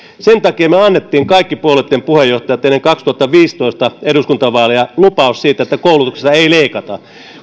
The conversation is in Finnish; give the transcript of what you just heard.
sen takia me annoimme kaikki puolueitten puheenjohtajat ennen vuoden kaksituhattaviisitoista eduskuntavaaleja lupauksen siitä että koulutuksesta ei leikata